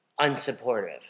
unsupportive